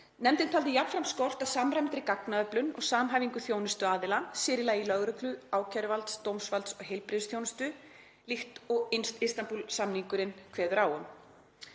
Nefndin taldi jafnframt skort á samræmdri gagnaöflun og samhæfingu þjónustuaðila, sér í lagi lögreglu, ákæruvalds, dómsvalds og heilbrigðisþjónustu, líkt og Istanbúl-samningurinn kveður á um.